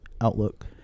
outlook